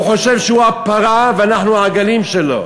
הוא חושב שהוא הפרה ואנחנו העגלים שלו,